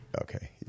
okay